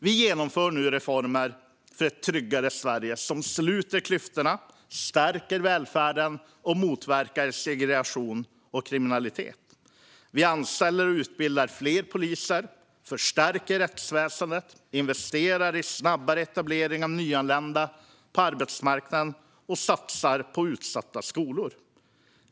Vi genomför nu reformer för ett tryggare Sverige som sluter klyftorna, stärker välfärden och motverkar segregation och kriminalitet. Vi anställer och utbildar fler poliser, förstärker rättsväsendet, gör investeringar för snabbare etablering av nyanlända på arbetsmarknaden och satsar på utsatta skolor.